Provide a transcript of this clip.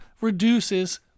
reduces